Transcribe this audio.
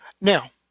Now